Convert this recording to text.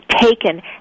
taken